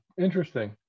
Interesting